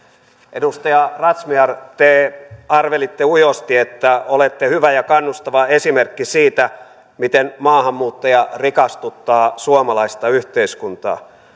edustaja razmyar te arvelitte ujosti että olette hyvä ja kannustava esimerkki siitä miten maahanmuuttaja rikastuttaa suomalaista yhteiskuntaa